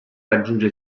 raggiunge